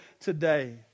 today